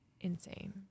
Insane